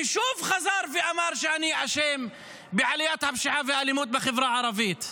ושוב חזר ואמר שאני אשם בעליית הפשיעה והאלימות בחברה הערבית,